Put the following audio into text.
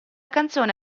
canzone